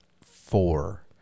four